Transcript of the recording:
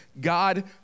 God